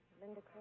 Linda